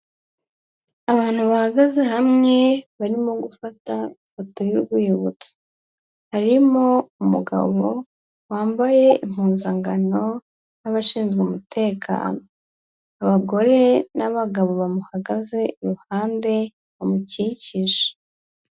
Abantu bahagaze hamwe barimo gufata ifoto y'urwibutso, harimo umugabo wambaye impuzankano y'abashinzwe umute, abagore n'abagabo bamuhagaze iruhande bamukikije.